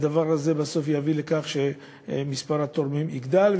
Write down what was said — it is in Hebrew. הדבר הזה יביא בסוף לכך שמספר התורמים יגדל,